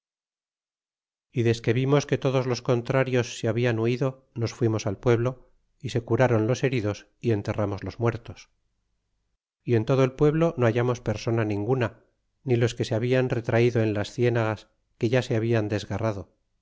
y desque vimos que todos los contrarios se hablan huido nos fuimos al pueblo y se curron los heridos y enterramos los muertos y en todo el pueblo no hallamos persona ninguna ni los que se habian retraido en las cienegas que ya se hablan desgarrado